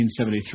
1973